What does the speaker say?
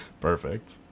Perfect